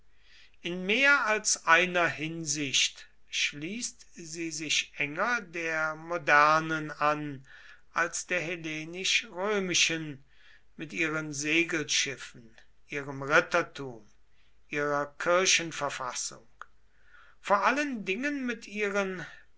in mehr als einer hinsicht schließt sie sich enger der modernen an als der hellenisch römischen mit ihren segelschiffen ihrem rittertum ihrer kirchenverfassung vor allen dingen mit ihren